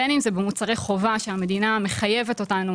בין אם זה במוצרי חובה שהמדינה מחייבת אותנו